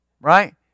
Right